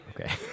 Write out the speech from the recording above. Okay